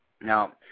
now